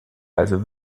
also